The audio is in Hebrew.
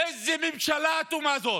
איזו ממשלה אטומה זאת,